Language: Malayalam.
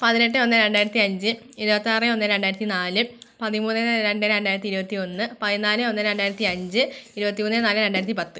പതിനെട്ട് ഒന്ന് രണ്ടായിരത്തി അഞ്ച് ഇരുപത്താറ് ഒന്ന് രണ്ടായിരത്തി നാല് പതിമൂന്ന് രണ്ട് രണ്ടായിരത്തി ഇരുപത്തി ഒന്ന് പാതിനാല് ഒന്ന് രണ്ടായിരത്തി അഞ്ച് ഇരുപത്തി മൂന്ന് നാല് രണ്ടായിരത്തി പത്ത്